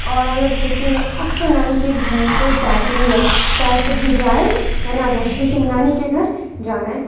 اور ہم لوگ چھٹی میں اکثر نانی کے گھر تو جاتے ہی ہیں چاہے کہیں جائیں یا نہ جائیں لیکن نانی کے گھر جانا ہے